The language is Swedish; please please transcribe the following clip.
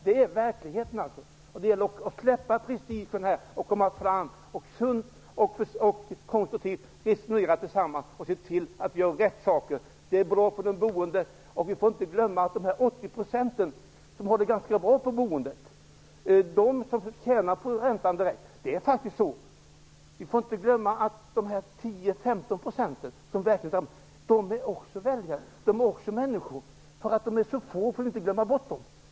Därför gäller det nu att släppa prestigen och på ett sunt och konstruktivt sätt resonera tillsammans och se till att vi gör rätt saker. Det vore bra för de boende. 80 % av de boende har det ganska bra och tjänar på räntan, men vi får inte glömma att de 10 15 % som verkligen drabbas också är väljare och också är människor. Bara för att de är så få får vi inte glömma bort dem!